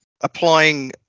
applying